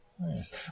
Nice